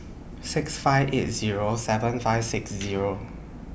six five eight Zero seven five six Zero